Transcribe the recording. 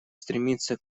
стремиться